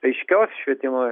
aiškios švietimo